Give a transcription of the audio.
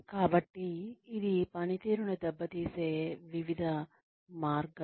కాబట్టి ఇది పనితీరును దెబ్బతీసే వివిధ మార్గాలు